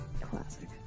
Classic